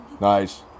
nice